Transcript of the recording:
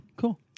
cool